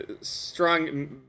strong